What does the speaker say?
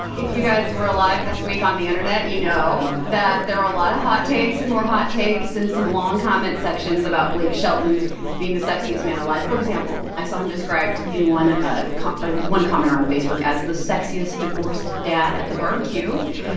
if you guys were alive this week on the internet, you know that there were a lot of hot takes and more hot takes and some long comment sections about blake shelton being the sexiest man alive. for example, i saw him described in one ah by one commenter on facebook as the sexiest divorced dad at the barbecue.